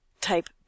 type